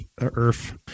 Earth